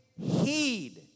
heed